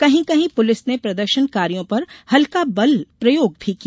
कहीं कहीं पूलिस ने प्रदर्शनकारियों पर हल्का बल प्रयोग भी किया